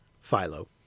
Philo